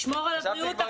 לשמור על הבריאות.